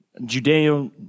Judeo